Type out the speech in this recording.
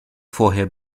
vorher